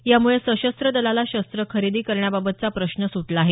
यामुळे सशस्त्र दलाला शस्त्रं खरेदी करण्याबाबतचा प्रश्न सुटला आहे